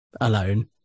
alone